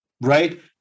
right